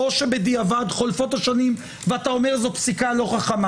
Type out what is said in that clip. או בדיעבד חולפות השנים ואתה אומר: זו פסיקה לא חכמה.